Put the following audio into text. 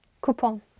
coupon